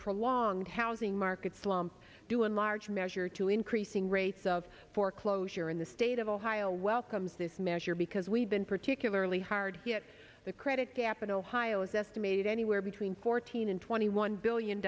prolonged housing market slump due in large measure to increasing rates of foreclosure in the state of ohio welcomes this measure because we've been particularly hard hit the credit gap in ohio is estimated anywhere between fourteen and twenty one billion